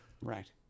Right